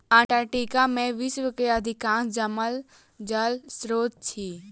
Antarctica में विश्व के अधिकांश जमल जल स्त्रोत अछि